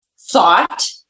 thought